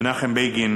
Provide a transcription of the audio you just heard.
מנחם בגין